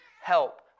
help